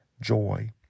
joy